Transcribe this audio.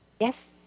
yes